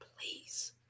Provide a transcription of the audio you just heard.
please